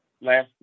last